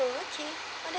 oh okay